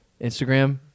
Instagram